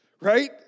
right